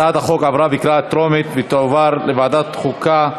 הצעת החוק עברה בקריאה טרומית ותועבר לוועדת החוקה,